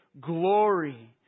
glory